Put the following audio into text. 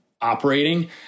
operating